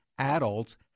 adults